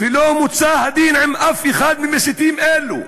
ולא מוצה הדין עם אף אחד ממסיתים אלה.